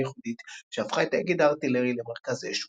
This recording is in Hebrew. ייחודית שהפכה את האגד הארטילרי למרכז אש אוגדתי.